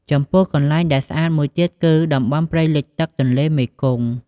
ចំពោះ កន្លែងដែលស្អាតមួយទៀតគឺ តំបន់ ព្រៃលិចទឹកទន្លេមេគង្គ។